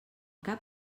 cap